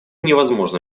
невозможно